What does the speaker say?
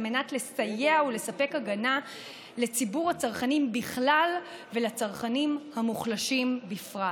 על מנת לסייע ולספק הגנה לציבור הצרכנים בכלל ולצרכנים המוחלשים בפרט.